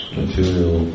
material